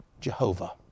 Jehovah